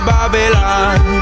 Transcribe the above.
Babylon